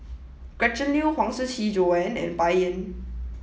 Gretchen Liu Huang Shiqi Joan and Bai Yan